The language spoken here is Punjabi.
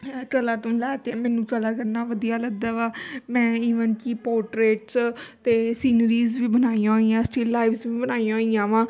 ਕਲਾ ਤੋਂ ਲੈ ਕੇ ਮੈਨੂੰ ਕਲਾ ਕਰਨਾ ਵਧੀਆ ਲੱਗਦਾ ਵਾ ਮੈਂ ਈਵਨ ਕਿ ਪੋਰਟਰੇਟਸ ਅਤੇ ਸੀਨਰੀਜ ਵੀ ਬਣਾਈਆਂ ਹੋਈਆਂ ਸਟਿਲ ਲਾਈਵਸ ਵੀ ਬਣਾਈਆਂ ਹੋਈਆਂ ਵਾ